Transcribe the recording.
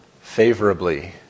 Favorably